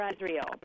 Israel